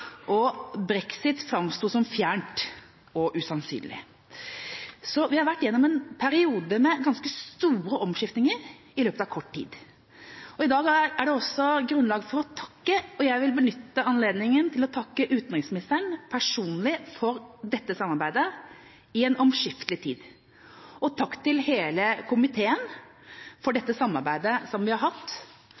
og brexit framsto som fjernt og usannsynlig. Vi har altså vært gjennom en periode med ganske store omskiftninger i løpet av kort tid. I dag er det også grunnlag for å takke, og jeg vil benytte anledningen til å takke utenriksministeren personlig for samarbeidet i en omskiftelig tid. Og takk til hele komiteen for det samarbeidet vi har hatt